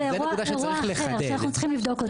זה אירוע אחר שאנחנו צריכים לבדוק.